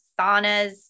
saunas